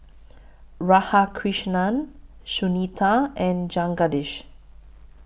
Radhakrishnan Sunita and Jagadish